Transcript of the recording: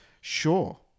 Sure